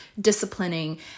disciplining